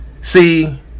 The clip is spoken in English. See